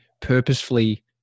purposefully